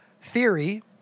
theory